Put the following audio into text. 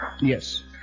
Yes